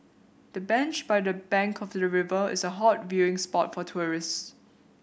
the bench by the bank of the river is a hot viewing spot for tourists